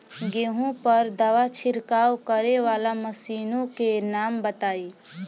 गेहूँ पर दवा छिड़काव करेवाला मशीनों के नाम बताई?